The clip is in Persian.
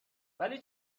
ولی